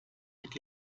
mit